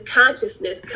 consciousness